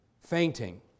fainting